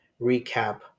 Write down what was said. recap